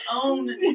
own